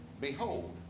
behold